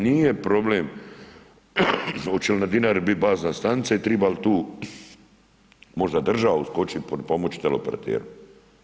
Nije problem hoće li na Dinari biti bazna stanica i treba li tu možda država uskočit i potpomoći teleoperaterima.